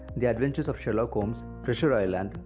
the adventures of sherlock holmes, treasure island,